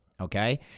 okay